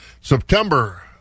September